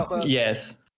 Yes